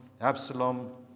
Absalom